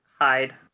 hide